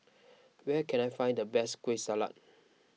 where can I find the best Kueh Salat